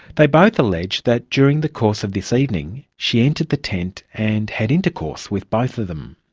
they both allege that during the course of this evening, she entered the tent and had intercourse with both of them.